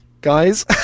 guys